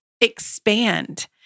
expand